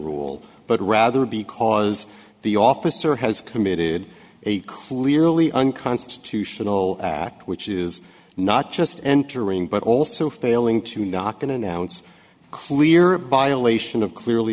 rule but rather because the officer has committed a clearly unconstitutional act which is not just entering but also failing to knock and announce clearer by aleisha of clearly